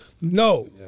No